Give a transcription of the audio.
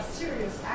serious